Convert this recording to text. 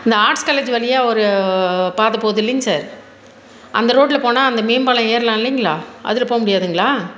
அந்த arts college வழியாக ஒரு பாதை போகுது இல்லிங்க சார் அந்த ரோட்டில் போனால் அந்த மேம்பாலம் ஏறலாம் இல்லைங்களா அதில் போகமுடியாதுங்களா